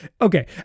Okay